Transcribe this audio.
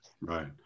Right